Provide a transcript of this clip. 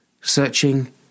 searching